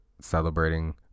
celebrating